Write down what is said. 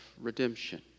redemption